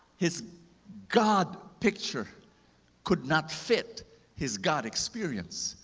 his god picture could not fit his god experience.